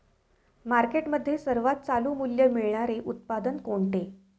मार्केटमध्ये सर्वात चालू मूल्य मिळणारे उत्पादन कोणते?